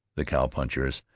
the cow-punchers,